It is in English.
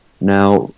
now